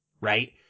right